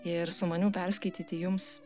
ir sumaniau perskaityti jums